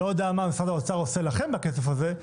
לא יודע מה משרד האוצר עושה לכם בכסף הזה,